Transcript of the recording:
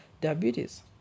diabetes